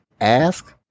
ask